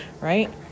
right